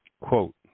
Quote